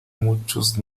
muchos